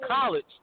college